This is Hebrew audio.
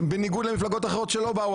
בניגוד למפלגות אחרות שלא באו,